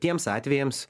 tiems atvejams